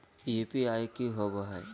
UPI की होबो है?